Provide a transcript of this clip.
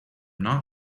not